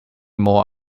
more